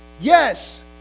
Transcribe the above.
Yes